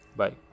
bye